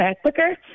quicker